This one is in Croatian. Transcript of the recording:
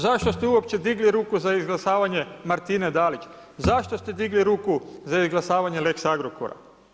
Zašto ste uopće digli ruku za izglasavanje Martine Dalić, zašto ste digli ruku za izglasavanje lex Agrokora?